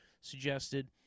suggested